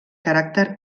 caràcter